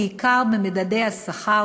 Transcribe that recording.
בעיקר במדדי השכר,